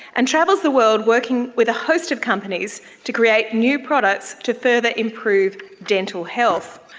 and travels the world working with a host of companies to create new products to further improve dental health.